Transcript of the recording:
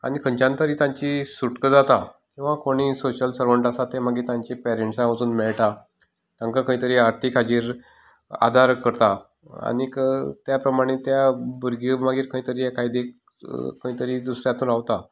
आनी खंयच्यान तरी तांची सुटका जाता किंवा कोणी सोशल सरवंट आसा ते मागी त्या पेरेंन्ट्सा वचून मेळटा तांकां खंयतरी आर्थीक हाजेर आदार करता आनीक त्या प्रमाणें त्या भुरगें मागीर खंयतरी एकादेक खंयतरी दुसऱ्या हातून रावता